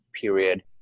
period